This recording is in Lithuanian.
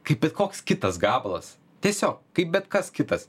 kaip bet koks kitas gabalas tiesiog kaip bet kas kitas